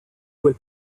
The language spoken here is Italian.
quel